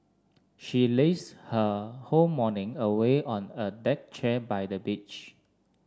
she lazed her whole morning away on a deck chair by the beach